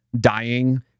dying